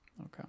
Okay